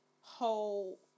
whole